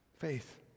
faith